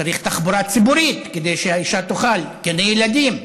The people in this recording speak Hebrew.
צריך תחבורה ציבורית, כדי שהאישה תוכל, גני ילדים,